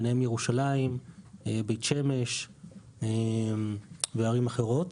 ביניהן ירושלים, בית שמש וערים אחרות.